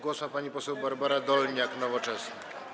Głos ma pani poseł Barbara Dolniak, Nowoczesna.